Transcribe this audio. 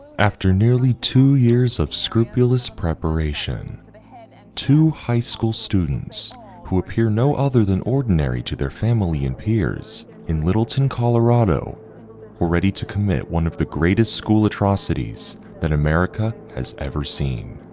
after nearly two years of scrupulous preparation and and two high school students who appear no other than ordinary to their family and peers in littleton colorado were ready to commit one of the greatest school atrocities that america has ever seen,